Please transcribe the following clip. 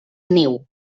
niu